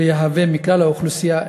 ולהוות 11% מכלל האוכלוסייה.